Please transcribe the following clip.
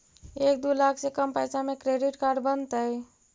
एक दू लाख से कम पैसा में क्रेडिट कार्ड बनतैय?